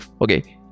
Okay